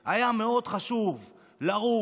היה מאוד חשוב לרוץ,